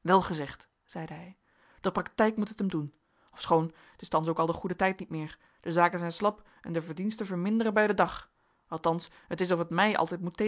wel gezegd zeide hij de practijk moet het hem doen ofschoon het is thans ook al de goede tijd niet meer de zaken zijn slap en de verdiensten verminderen bij den dag althans het is of het mij altijd moet